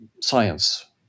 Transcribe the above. science